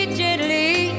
gently